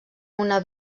una